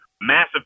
massive